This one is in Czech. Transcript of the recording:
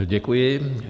Děkuji.